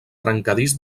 trencadís